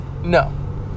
No